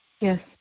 yes